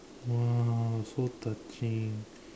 !wah! so touching